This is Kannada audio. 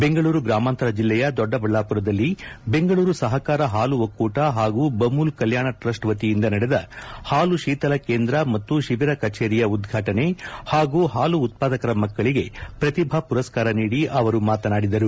ಬೆಂಗಳೂರು ಗ್ರಾಮಾಂತರ ಜಿಲ್ಲೆಯ ದೊಡಬಳ್ಳಾಮರದಲ್ಲಿ ಬೆಂಗಳೂರು ಸಹಕಾರ ಹಾಲು ಒಕ್ಕೂಟ ಹಾಗೂ ಬಮೂಲ್ ಕಲ್ಲಾಣ ಟ್ರಸ್ ವತಿಯಿಂದ ನಡೆದ ಹಾಲು ಶೀಥಲ ಕೇಂದ್ರ ಮತ್ತು ಶಿಬಿರ ಕಚೇರಿಯ ಉದ್ಘಾಟನೆ ಹಾಗೂ ಪಾಲು ಉತ್ಪಾದಕರ ಮಕ್ಕಳಿಗೆ ಪ್ರತಿಭಾ ಮರಸ್ಕಾರ ನೀಡಿ ಅವರು ಮಾತನಾಡಿದರು